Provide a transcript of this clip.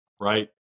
right